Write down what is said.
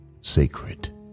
sacred